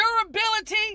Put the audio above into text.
durability